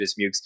Dismukes